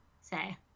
say